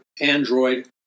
android